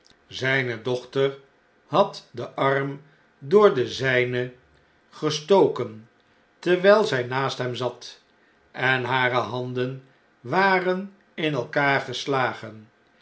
zjne dochter had den arm door den zjjne gestoken terwjjl zrj naast hem zat en harehanden waren in elkaar geslagen